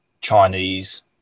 Chinese